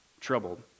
troubled